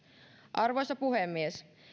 arvoisa puhemies